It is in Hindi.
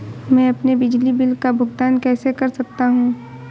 मैं अपने बिजली बिल का भुगतान कैसे कर सकता हूँ?